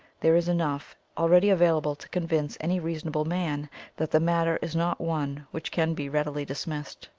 there is enough already available to convince any reasonable man that the matter is not one which can be readily dismissed,